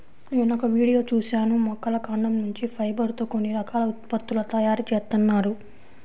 నేనొక వీడియో చూశాను మొక్కల కాండం నుంచి ఫైబర్ తో కొన్ని రకాల ఉత్పత్తుల తయారీ జేత్తన్నారు